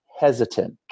hesitant